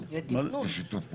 יש שיתוף פעולה?